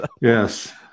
yes